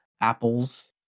apples